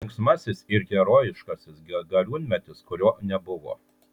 linksmasis ir herojiškasis gariūnmetis kurio nebuvo